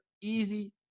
easy